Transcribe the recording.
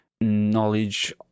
knowledge